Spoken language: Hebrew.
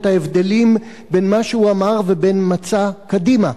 ההבדלים בין מה שהוא אמר לבין מצע קדימה.